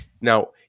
Now